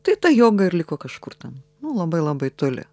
tai ta joga ir liko kažkur ten labai labai toli